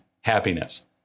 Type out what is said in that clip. happiness